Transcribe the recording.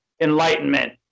enlightenment